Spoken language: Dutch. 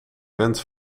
wens